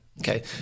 Okay